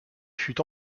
fût